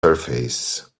surface